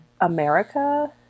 America